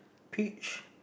peach